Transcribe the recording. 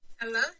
hello